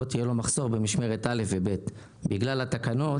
יהיה לו מחסור במשמרת א' ו-ב' בגלל התקנות.